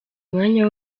umwanya